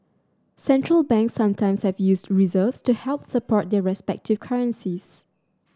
Central Banks sometimes have used reserves to help support their respective currencies